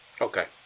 Okay